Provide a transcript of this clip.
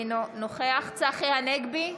אינו נוכח צחי הנגבי,